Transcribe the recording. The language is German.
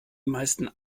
meisten